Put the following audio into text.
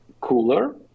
cooler